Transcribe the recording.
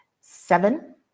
seven